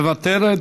מוותרת.